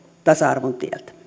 tasa arvon